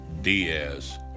Diaz